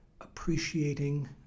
appreciating